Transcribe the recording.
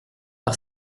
par